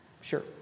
sure